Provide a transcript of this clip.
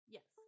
Yes